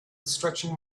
stretching